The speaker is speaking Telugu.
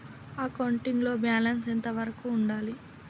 అకౌంటింగ్ లో బ్యాలెన్స్ ఎంత వరకు ఉండాలి?